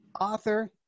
author